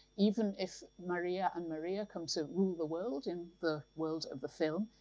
even if maria and maria come to rule the world in the world of the film,